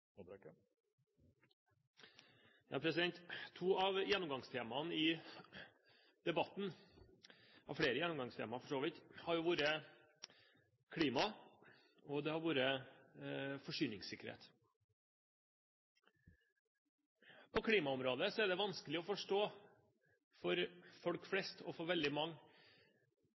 fossile utslipp. To av gjennomgangstemaene i debatten – det var flere gjennomgangstemaer for så vidt – har vært klima og forsyningssikkerhet. På klimaområdet er det vanskelig for folk flest – og for veldig mange